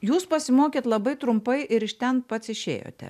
jūs pasimokėt labai trumpai ir iš ten pats išėjote